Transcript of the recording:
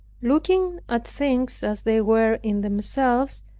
looking at things as they were in themselves,